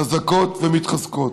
חזקות ומתחזקות.